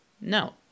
No